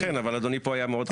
אכן, אכן, אבל אדוני פה היה מאוד.